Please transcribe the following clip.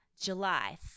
July